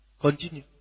Continue